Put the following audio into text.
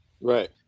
Right